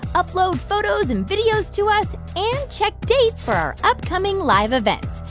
upload photos and videos to us and check dates for our upcoming live events.